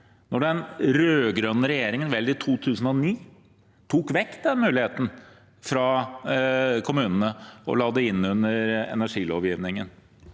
da den rød-grønne regjeringen, vel i 2009, tok vekk den muligheten fra kommunene og la det inn under energilovgivningen.